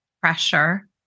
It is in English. pressure